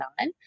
on